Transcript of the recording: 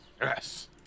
yes